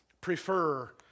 prefer